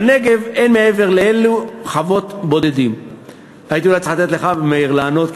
בנגב אין חוות בודדים מעבר לאלו.